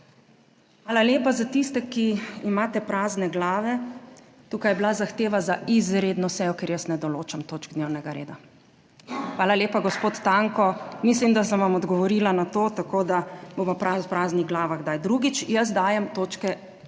Hvala lepa. Za tiste, ki imate prazne glave, tukaj je bila zahteva za izredno sejo, ker jaz ne določam točk dnevnega reda. Hvala lepa, gospod Tanko. Mislim, da sem vam odgovorila na to, tako da bo v praznih glava kdaj drugič. Jaz dajem točke